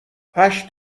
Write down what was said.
هشت